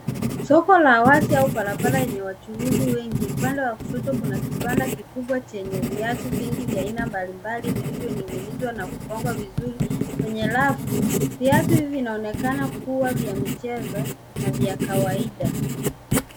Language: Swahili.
Soko la wazi au barabara yenye wachuuzi wengi. Upande wa kushoto kuna kibanda kikubwa chenye viatu vingi ya aina mbalimbali vilivyoning'inizwa na kupangwa vizuri kwenye rafu. Viatu hivi vinaonekana kuwa vya michezo na vya kawaida.